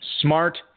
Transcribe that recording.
smart